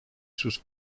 sus